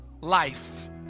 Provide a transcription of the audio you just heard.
life